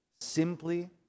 simply